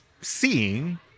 seeing